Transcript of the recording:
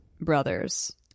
brothers